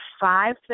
five